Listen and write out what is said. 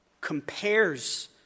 compares